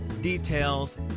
details